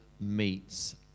meets